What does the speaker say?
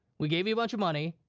we gave you a bunch of money.